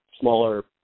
smaller